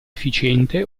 efficiente